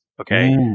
okay